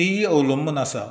ही अवलंबून आसा